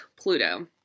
Pluto